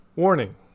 Warning